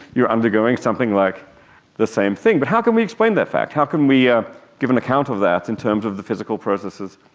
you are undergoing something like the same thing. but how can we explain that fact, how can we ah give an account of that in terms of the physical processes